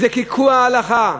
זה קעקוע ההלכה,